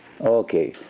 Okay